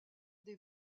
des